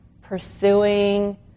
pursuing